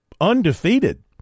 undefeated